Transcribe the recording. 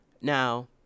Now